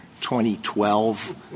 2012